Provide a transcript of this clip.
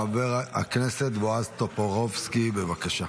חבר הכנסת בועז טופורובסקי, בבקשה.